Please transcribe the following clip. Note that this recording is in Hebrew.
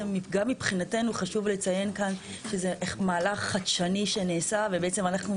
גם מבחינתו חשוב לציין כאן שזה מהלך חדשני שנעשה ובעצם אנחנו